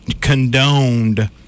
condoned